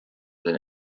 than